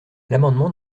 l’amendement